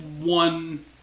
one